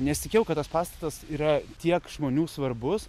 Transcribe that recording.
nesitikėjau kad tas pastatas yra tiek žmonių svarbus